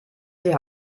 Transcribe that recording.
sie